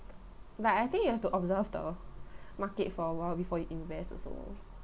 but I think you have to observe the market for a while before you invest also